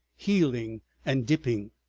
heeling and dipping.